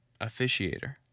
officiator